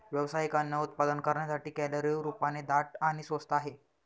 व्यावसायिक अन्न उत्पादन करण्यासाठी, कॅलरी रूपाने दाट आणि स्वस्त आहे